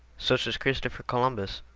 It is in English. such as christopher columbus.